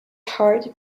heart